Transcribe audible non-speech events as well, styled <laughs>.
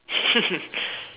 <laughs>